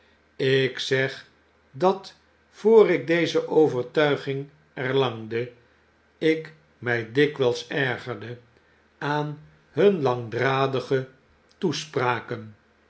ik zeg dat voor ik deze overtuiging erlangde ik mij dikwijls ergerde aan hun langdradige toespraken